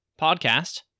podcast